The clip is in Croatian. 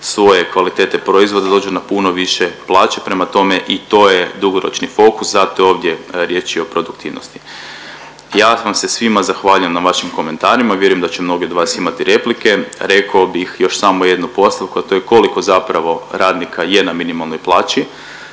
svoje kvalitete proizvoda, da dođu na puno više plaće, prema tome i to je dugoročni fokus, zato je ovdje riječi i o produktivnosti. Ja sam se svima zahvaljujem na vašim komentarima, vjerujem da će mnogi od vas imati replike. Rekao bih još samo jednu postavku, a to je koliko zapravo radnika je na minimalnoj plaći,